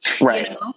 Right